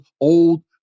old